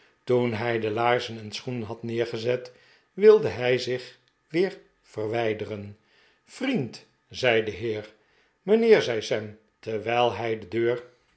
toen hij de laarzen en schoenen had neergezet wilde hij zich weer verwijderen vriend zei de heer mijnheer zei sam terwijl hij de deur